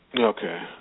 Okay